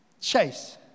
Chase